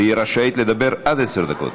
והיא רשאית לדבר עד עשר דקות.